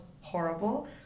horrible